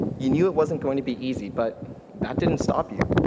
you knew it wasn't going to be easy, but that didn't stop you.